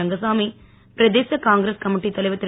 ரங்கசாமி பிரதேச காங்கிரஸ் கமிட்டித் தலைவர் திரு